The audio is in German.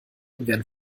werden